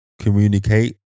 communicate